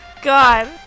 God